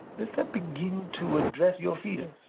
does that begin to address your fears?